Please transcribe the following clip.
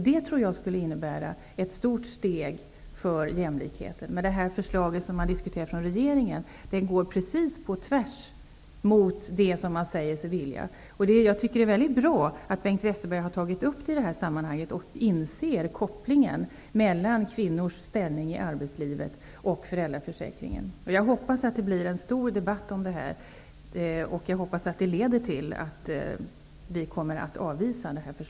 Det skulle innebära ett stort steg för jämlikheten. Regeringens förslag går på tvärs med det som man säger sig vilja. Jag tycker att det är mycket bra att Bengt Westerberg har tagit upp det här och inser kopplingen mellan kvinnors ställning i arbetslivet och föräldraförsäkringen. Jag hoppas att det blir en stor debatt om det här och att det leder till att förslaget avvisas.